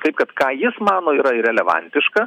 kaip kad ką jis mano yra ir elevantiška